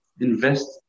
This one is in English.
invest